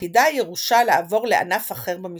עתידה הירושה לעבור לענף אחר במשפחה.